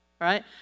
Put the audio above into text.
Right